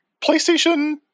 PlayStation